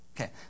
Okay